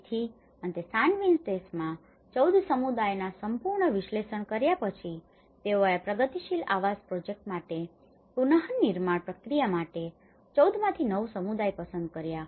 તેથી અંતે સાન વિસેન્ટેમાં 14 સમુદાયોના સંપૂર્ણ વિશ્લેષણ કર્યા પછી તેઓએ આ પ્રગતિશીલ આવાસ પ્રોજેક્ટ માટે અને પુનનિર્માણ પ્રક્રિયા માટે 14માંથી 9 સમુદાયો પસંદ કર્યા